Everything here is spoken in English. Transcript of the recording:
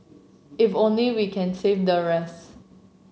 if only we can save the rest